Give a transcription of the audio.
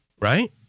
right